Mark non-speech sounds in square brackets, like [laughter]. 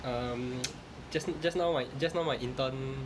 um [noise] just just now my just now my intern